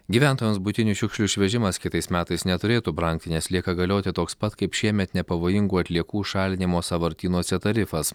gyventojams buitinių šiukšlių išvežimas kitais metais neturėtų brangti nes lieka galioti toks pat kaip šiemet nepavojingų atliekų šalinimo sąvartynuose tarifas